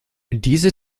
diese